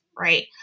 right